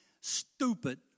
stupid